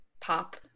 pop